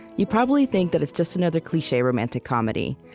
you probably think that it's just another cliche romantic comedy.